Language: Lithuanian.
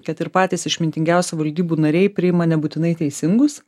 kad ir patys išmintingiausi valdybų nariai priima nebūtinai teisingus